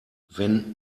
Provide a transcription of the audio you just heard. wenn